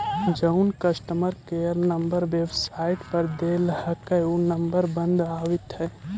जउन customer care number website पर देल हई ऊ नंबर बंद आबित हई